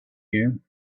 you